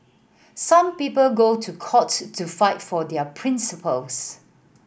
some people go to court to fight for their principles